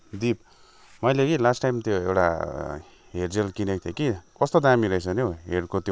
दिप मैले कि लास्ट टाइम त्यो एउटा हेयर जेल किनेको थिएँ कि कस्तो दामी रहेछ नि हौ हेयरको त्यो होल्डहरू हो